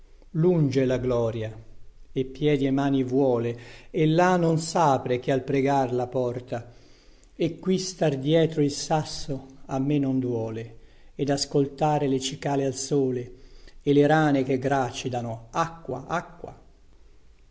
è la gloria e piedi e mani vuole e là non sapre che al pregar la porta e qui star dietro il sasso a me non duole ed ascoltare le cicale al sole e le rane che gracidano acqua acqua